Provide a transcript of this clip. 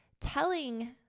telling